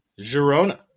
Girona